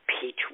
Peach